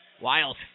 Wild